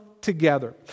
together